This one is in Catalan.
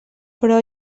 però